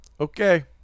okay